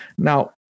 Now